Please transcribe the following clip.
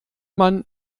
man